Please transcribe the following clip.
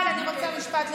אני רוצה משפט לסיכום.